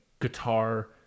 guitar